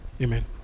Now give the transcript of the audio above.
Amen